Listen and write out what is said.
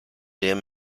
him